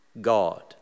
God